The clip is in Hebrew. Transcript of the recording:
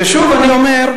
ושוב אני אומר,